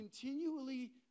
continually